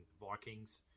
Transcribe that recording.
Vikings